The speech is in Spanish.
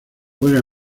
juega